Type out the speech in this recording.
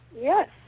yes